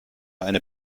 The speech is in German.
eine